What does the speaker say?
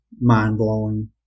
mind-blowing